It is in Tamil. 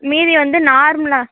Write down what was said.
மீதி வந்து நார்மலாக